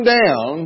down